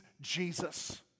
Jesus